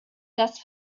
das